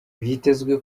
vyitezwe